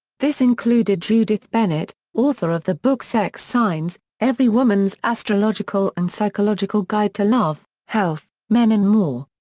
this included judith bennett, author of the book sex signs every woman's astrological and psychological guide to love, health, men and more.